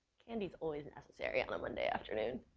candy's always necessary on a monday afternoon.